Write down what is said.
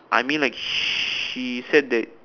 I mean like she said that